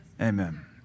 Amen